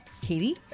Katie